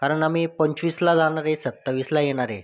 कारण आम्ही पंचवीसला जाणार आहे सत्तावीसला येणार आहे